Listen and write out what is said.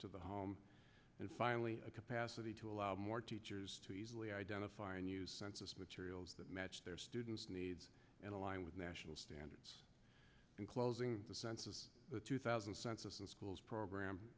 to the home and finally a capacity to allow more teachers to easily identify and use census materials that match their students needs and align with national standards in closing the census the two thousand census and schools